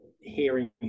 hearing